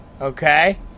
Okay